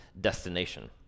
destination